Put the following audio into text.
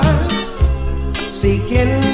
Seeking